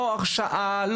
לא הרשעה.